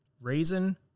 raisin